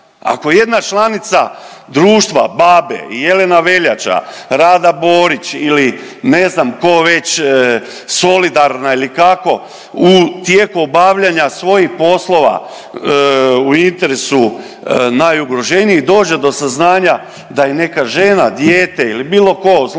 Ako jedna članica društva Babe, Jelena Veljača, Rada Borić ili ne znam tko već, solidarna ili kako u tijeku obavljanja svojih poslova u interesu najugroženijih dođe do saznanja da je neka žena, dijete ili bilo tko zlostavljana,